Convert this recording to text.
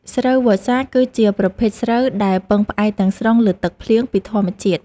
ស្រូវវស្សាគឺជាប្រភេទស្រូវដែលពឹងផ្អែកទាំងស្រុងលើទឹកភ្លៀងពីធម្មជាតិ។